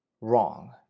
wrong